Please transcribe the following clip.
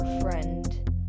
Friend